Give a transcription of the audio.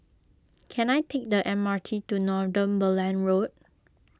can I take the M R T to Northumberland Road